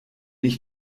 ich